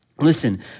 Listen